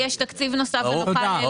בנוסף.